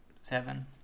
seven